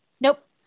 Nope